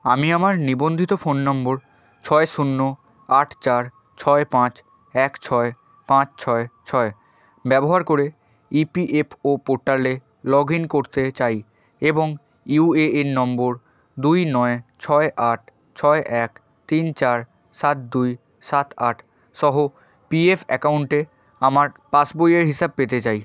আমি আমার নিবন্ধিত ফোন নম্বর ছয় শূন্য আট চার ছয় পাঁচ এক ছয় পাঁচ ছয় ছয় ব্যবহার করে ইপিএফও পোর্টালে লগ ইন করতে চাই এবং ইউএএন নম্বর দুই নয় ছয় আট ছয় এক তিন চার সাত দুই সাত আট সহ পিএফ অ্যাকাউন্টে আমার পাস বইয়ের হিসাব পেতে চাই